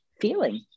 feeling